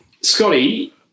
Scotty